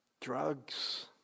drugs